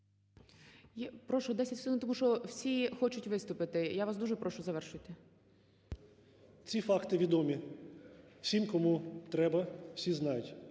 Ці факти відомі всім, кому треба, всі знають